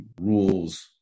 rules